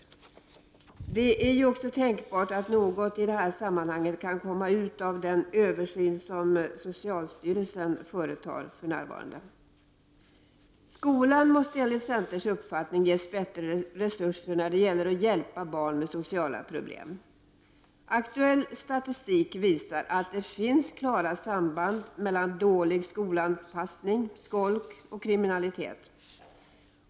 I det här sammanhanget är det också tänkbart att något värdefullt kan bli resultatet av den översyn som socialstyrelsen för närvarande företar. Skolan måste enligt centerns uppfattning ges bättre resurser att hjälpa barn med sociala problem. Aktuell statistik visar att det föreligger klara sam band mellan dålig skolanpassning, skolk och kriminalitet.